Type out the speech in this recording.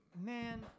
man